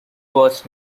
was